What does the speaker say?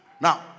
Now